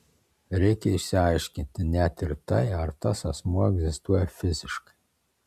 reikia išsiaiškinti net ir tai ar tas asmuo egzistuoja fiziškai